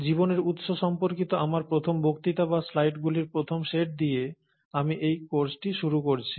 জীবনের উৎস সম্পর্কিত আমার প্রথম বক্তিতা বা স্লাইডগুলির প্রথম সেট দিয়ে আমি এই কোর্সটি শুরু করছি